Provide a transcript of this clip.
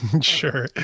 Sure